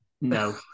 no